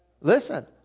Listen